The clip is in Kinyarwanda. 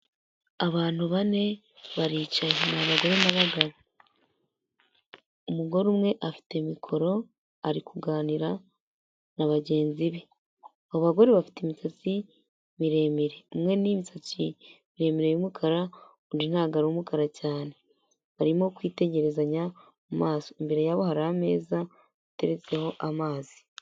Abantu bane baricaye ni abagore n'abagabo, umugore umwe afite mikoro ari kuganira na bagenzi be, abo bagore bafite imisatsi miremire, umwe n'imisatsi miremire y'umukara, undi ntabwo ari umukara cyane, barimo kwitegerezanya mu maso, imbere yabo hari ameza ateretseho amazi.